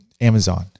Amazon